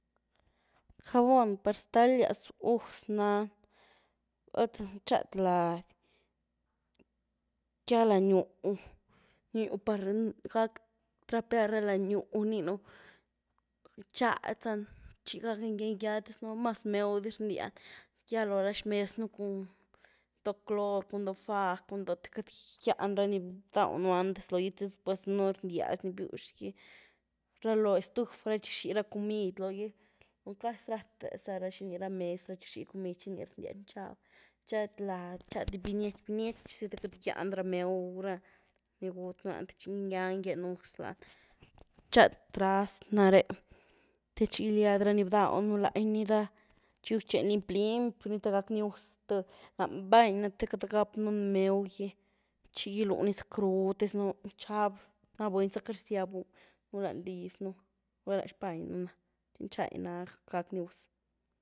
Jabon par ztalias guz nany, val za txady lady, ngyá lany-gyw, gyw par gak trapear ra lany-gyw rninu’, txady zany te txi gakny ngya-ngya, te zy no’ mas mew dis rndya ny, ngya lo ra xmez un cun doh clory, cun doh fá, cun doh, te queity gyán rany bdawnu antes logy, te después zy noo rndya dis ni bywx-gy, ra loh estuf ra txi rxy ra comid loogy, casi ra’te za ra xiny, ra mez ra txi rxy comid txi nii rndya nxab, txyad lady txiady, binietx-binietx zy te queity gýan ra mew ra, ni gutnony, te txi ngyany gyenw gus lany, txady trast na’re, te txi ndyad rani bdawnu la’yny ra, txutxeby, limpy-limpy ny te gaknii gus zth’, láan-bany na’ te queity gap nu’ mew gy, txi gylwy ny zacruu, ta zynoo’ nxab náah buny-"zya queity rzya un lany-liz nú"- gula’ lany-xbany nu’ na, txi txay gacnii gus.